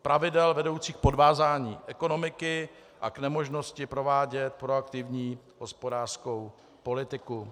Pravidel vedoucích k podvázání ekonomiky a k nemožnosti provádět proaktivní hospodářskou politiku.